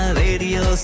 radio